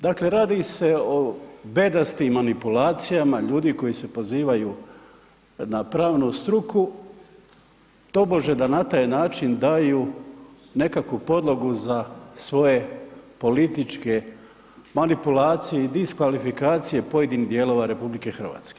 Dakle radi se o bedastim manipulacijama ljudi koji se pozivaju na pravnu struku tobože da na taj način daju nekakvu podlogu za svoje političke manipulacije i diskvalifikacije pojedinih dijelova RH.